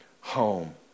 home